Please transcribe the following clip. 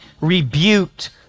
rebuked